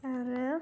आरो